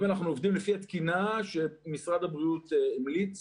אם אנחנו עובדים לפי התקינה שמשרד הבריאות המליץ